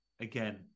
Again